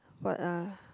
what ah